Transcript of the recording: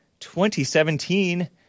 2017